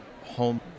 home